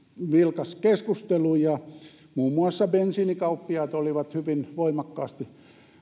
vilkas keskustelu ja muun muassa bensiinikauppiaat olivat hyvin voimakkaasti